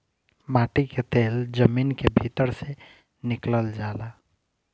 माटी के तेल जमीन के भीतर से निकलल जाला